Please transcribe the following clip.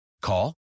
Call